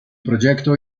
proyecto